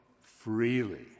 freely